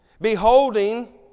beholding